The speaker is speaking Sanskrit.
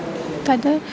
तद्